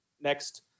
next –